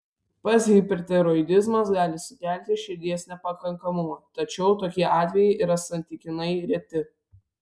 pats hipertiroidizmas gali sukelti širdies nepakankamumą tačiau tokie atvejai yra santykinai reti